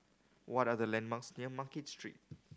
what are the landmarks near Market Street